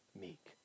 meek